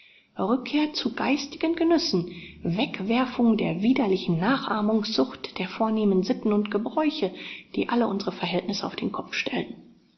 rückkehr zu geistigen genüssen wegwerfung der widerlichen nachahmungssucht der vornehmen sitten und gebräuche die alle unsere verhältnisse auf den kopf stellen